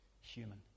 human